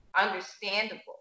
understandable